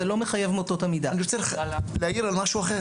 זה לא תא הטלה,